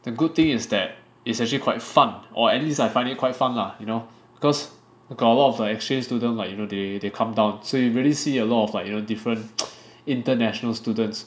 the good thing is that it's actually quite fun or at least I find it quite fun lah you know because got a lot of the exchange students like you know they they come down so you really see a lot of like you know different international students